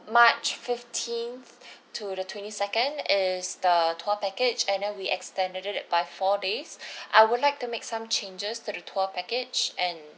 march fifteenth to the twenty second is the tour package and then we extended by four days I would like to make some changes to the tour package and